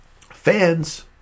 fans